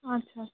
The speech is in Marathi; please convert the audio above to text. अच्छा